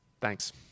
Thanks